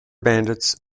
bandits